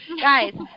Guys